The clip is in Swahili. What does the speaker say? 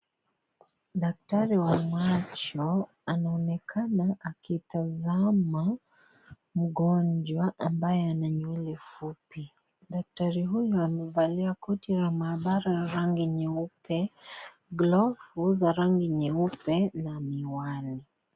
Daktari wa macho anaonekana akitazama mgonjwa ambaye ana nywele fupi, daktari huyu amevalia koti la mahabara la rangi nyeupe, glovu za rangi nyeupe na miwani.